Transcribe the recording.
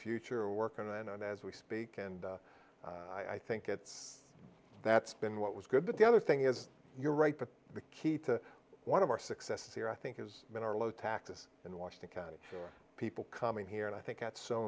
future work on and on as we speak and i think that that's been what was good but the other thing is you're right but the key to one of our success here i think has been our low taxes in washington county people coming here and i think that's so